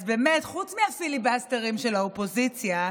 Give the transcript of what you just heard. אז באמת, חוץ מהפיליבסטרים של האופוזיציה,